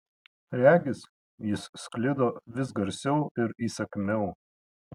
regis jis sklido vis garsiau ir įsakmiau